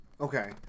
okay